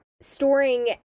storing